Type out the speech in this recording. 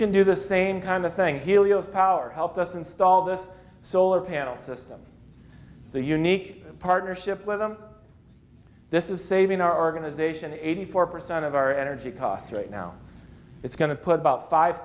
can do the same kind of thing helio's power helped us install this solar panel system so unique partnership with them this is saving our organization eighty four percent of our energy costs right now it's going to put about five